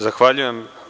Zahvaljujem.